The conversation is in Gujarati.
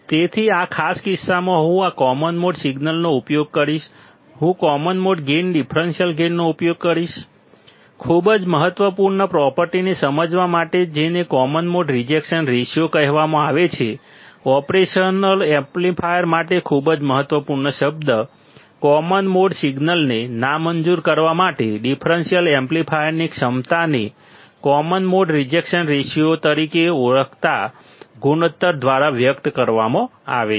તેથી આ ખાસ કિસ્સામાં હું આ કોમન મોડ સિગ્નલનો ઉપયોગ કરીશ હું કોમન મોડ ગેઇન ડિફરન્સલ ગેઇનનો ઉપયોગ કરીશ ખૂબ જ મહત્વપૂર્ણ પ્રોપર્ટીને સમજવા માટે જેને કોમન મોડ રિજેક્શન રેશિયો કહેવામાં આવે છે ઓપરેશનલ એમ્પ્લીફાયર માટે ખૂબ જ મહત્વપૂર્ણ શબ્દ કોમન મોડ સિગ્નલને નામંજૂર કરવા માટે ડિફરન્સીયલ એમ્પ્લીફાયરની ક્ષમતાને કોમન મોડ રિજેક્શન રેશિયો તરીકે ઓળખાતા ગુણોત્તર દ્વારા વ્યક્ત કરવામાં આવે છે